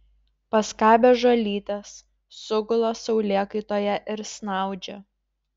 paskabę žolytės sugula saulėkaitoje ir snaudžia